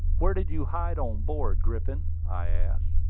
where did you hide on board, griffin? i asked.